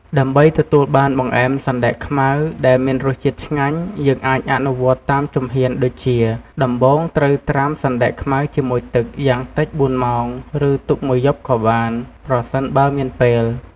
ដើម្បីទទួលបានបង្អែមសណ្ដែកខ្មៅដែលមានរសជាតិឆ្ងាញ់ យើងអាចអនុវត្តតាមជំហានដូចជា ដំបូងត្រូវត្រាំសណ្តែកខ្មៅជាមួយទឹកយ៉ាងតិច ៤ ម៉ោង ឬទុកមួយយប់ក៏បាន ប្រសិនបើមានពេល។